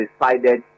decided